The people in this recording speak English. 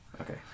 Okay